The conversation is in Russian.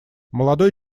молодой